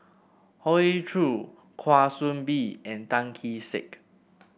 Hoey Choo Kwa Soon Bee and Tan Kee Sek